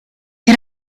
che